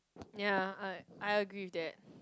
ya I I agree with that